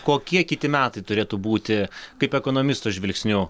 kokie kiti metai turėtų būti kaip ekonomisto žvilgsniu